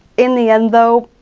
in the end, though,